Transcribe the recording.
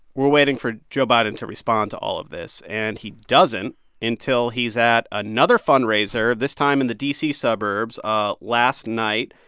we're waiting for joe biden to respond to all of this. and he doesn't until he's at another fundraiser, this time in the d c. suburbs ah last night.